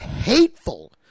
hateful